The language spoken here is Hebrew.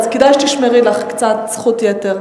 אז כדאי שתשמרי לך קצת זכות יתר.